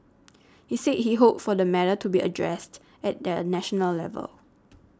he said he hoped for the matter to be addressed at a national level